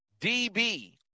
DB